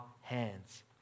hands